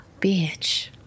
Bitch